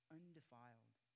undefiled